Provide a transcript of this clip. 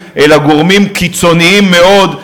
אלא גורמים קיצוניים מאוד,